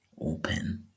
open